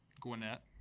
Gwinnett